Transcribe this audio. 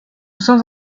sans